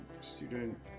student